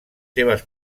seves